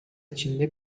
içinde